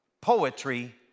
poetry